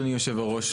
אדוני יושב הראש,